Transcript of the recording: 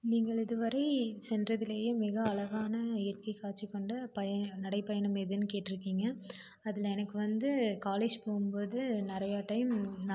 நீங்கள் இதுவரை சென்றதுலேயே மிக அழகான இயற்கை காட்சி கொண்ட நடைப்பயணம் எதுன்னு கேட்டுருக்கிங்க அதில் எனக்கு வந்து காலேஜ் போகும் போது நிறையா டைம் நாங்கள்